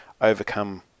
overcome